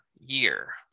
year